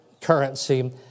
currency